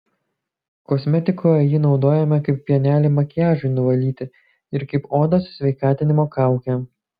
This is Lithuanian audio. kosmetikoje jį naudojame kaip pienelį makiažui nuvalyti ir kaip odos sveikatinimo kaukę